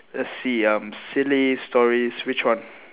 let's see um silly stories which one